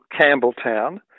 Campbelltown